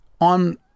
on